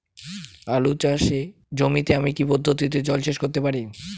আলু চাষে জমিতে আমি কী পদ্ধতিতে জলসেচ করতে পারি?